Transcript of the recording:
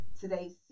today's